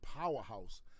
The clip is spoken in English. powerhouse